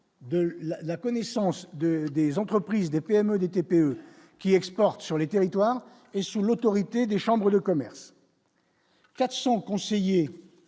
de la connaissance de des entreprises, des PME et des TPE qui exportent sur les territoires, et sous l'autorité des chambres de commerce. 400 conseillers